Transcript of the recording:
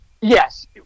yes